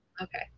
okay